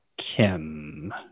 Kim